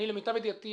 למיטב ידיעתי,